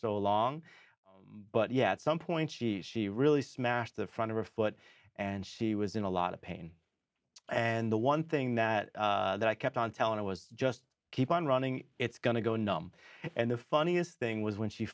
so long but yeah at some point she really smashed the front of her foot and she was in a lot of pain and the one thing that i kept on telling i was just keep on running it's going to go numb and the funniest thing was when she